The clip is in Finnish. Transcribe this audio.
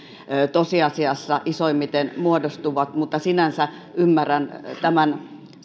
tosiasiassa isoimmiten muodostuvat mutta sinänsä ymmärrän tämän